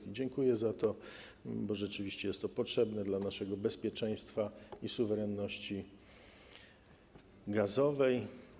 I dziękuję za to, bo rzeczywiście jest to potrzebne - dla naszego bezpieczeństwa i suwerenności gazowej.